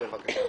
בבקשה.